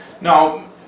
Now